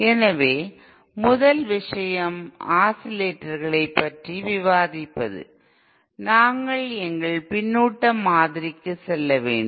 எனவே முதல் விஷயம் ஆஸிலேட்டர்களைப் பற்றி விவாதிப்பது நாங்கள் எங்கள் பின்னூட்ட மாதிரிக்குச் செல்ல வேண்டும்